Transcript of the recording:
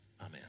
Amen